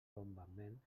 bombament